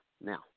now